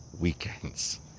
weekends